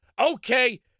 Okay